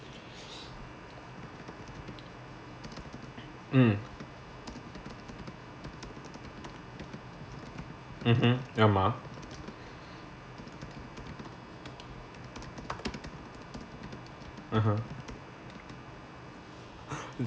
mm mmhmm ஆமா:aamaa (uh huh)